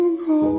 go